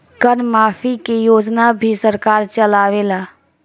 कर माफ़ी के योजना भी सरकार चलावेला